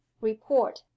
report